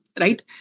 Right